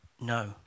no